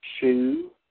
shoe